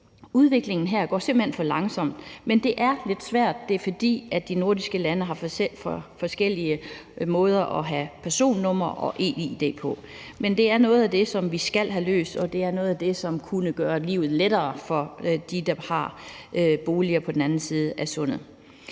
Udviklingen her går simpelt hen for langsomt, men det er lidt svært, fordi de nordiske lande har forskellige måder at have personnummer og e-id på. Men det er noget af det, vi skal have løst, og det er noget af det, som kunne gøre livet lettere for dem, der har boliger på den anden side af Sundet.